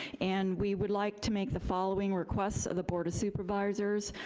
and, we would like to make the following requests of the board of supervisors.